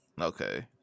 Okay